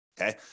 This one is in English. okay